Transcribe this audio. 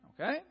Okay